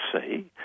see